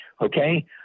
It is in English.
Okay